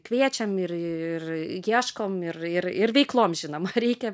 kviečiam ir ir ieškom ir ir ir veiklom žinoma reikia